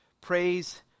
Praise